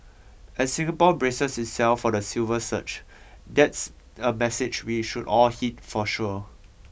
as Singapore braces itself for the silver surge that's a message we should all heed for sure